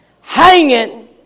hanging